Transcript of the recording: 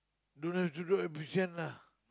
don't have to do at Bishan lah